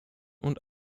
und